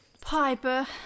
Piper